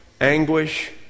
anguish